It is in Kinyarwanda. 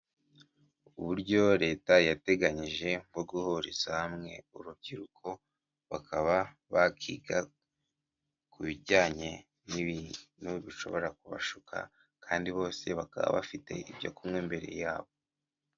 Uburyo leta yateganyije bwo guhuriza hamwe urubyiruko bakaba bakiga ku bijyanye n'ibintu bishobora kubashuka kandi bose bakaba bafite ibyo kunywa imbere yabo.